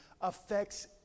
affects